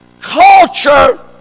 culture